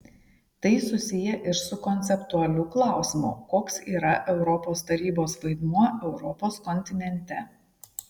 tai susiję ir su konceptualiu klausimu koks yra europos tarybos vaidmuo europos kontinente